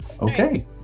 Okay